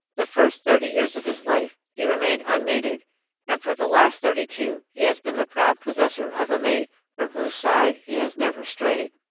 the first thirty years of his life he remained unmated and for the last thirty-two he has been the proud possessor of a mate from whose side he has never strayed.